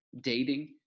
dating